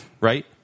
right